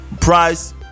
price